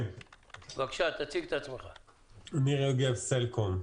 אני מסלקום.